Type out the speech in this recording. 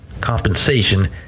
compensation